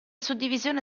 suddivisione